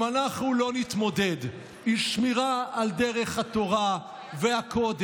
אם אנחנו לא נתמודד עם שמירה על דרך התורה והקודש